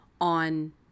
on